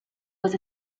was